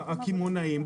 הקמעונאים,